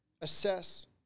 assess